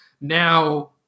now